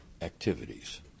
activities